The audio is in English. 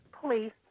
Police